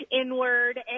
inward